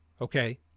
Okay